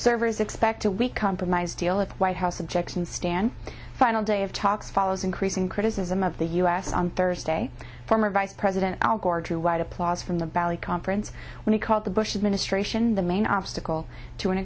servers expect a weak compromise deal with white house objections stan final day of talks follows increasing criticism of the u s on thursday former vice president al gore drew a wide applause from the valley conference when he called the bush administration the main obstacle to an